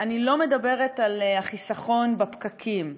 אני לא מדברת על החיסכון בפקקים,